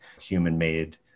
human-made